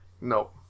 No